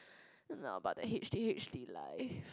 not about the H T H T life